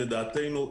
לדעתנו,